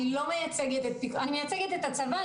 אני מייצגת את הצבא,